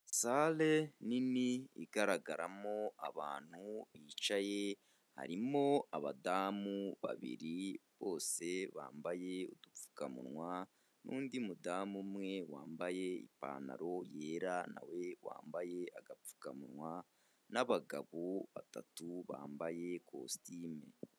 Sale nini igaragaramo abantu bicaye, harimo abadamu babiri bose bambaye udupfukamunwa n'undi mudamu umwe wambaye ipantaro yera n'uwambaye agapfukamunwa n'abagabo batatu bambaye kositime.